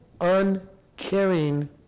uncaring